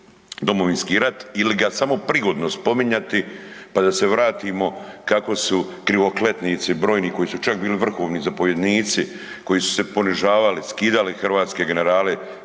Domovinski rat ili ga samo prigodno spominjati pa da se vratimo kako su krivokletnici brojni koji su čak bili vrhovni zapovjednici, koji su se ponižavali, skidali hrvatske generale